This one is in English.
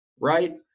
right